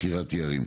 קריית יערים.